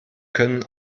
können